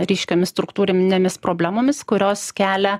ryškiomis struktūrinėmis problemomis kurios kelia